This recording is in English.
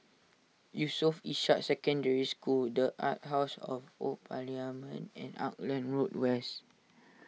Yusof Ishak Secondary School the Arts House of Old Parliament and Auckland Road West